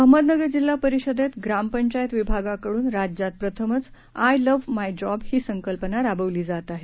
अहमदनगर जिल्हा परिषदेत ग्रामपंचायत विभागाकडून राज्यात प्रथमच आय लव्ह माय जॉब ही संकल्पना राबवली जात आहे